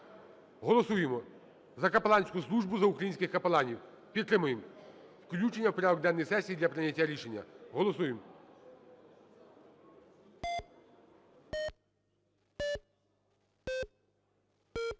Голосуємо за капеланську службу, за українських капеланів. Підтримуємо включення в порядок денний сесії для прийняття рішення. Голосуємо.